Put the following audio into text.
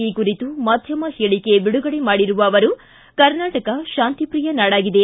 ಈ ಕುರಿತು ಮಾಧ್ವಮ ಹೇಳಿಕೆ ಬಿಡುಗಡೆ ಮಾಡಿರುವ ಅವರು ಕರ್ನಾಟಕ ಶಾಂತಿಪ್ರಿಯ ನಾಡಾಗಿದೆ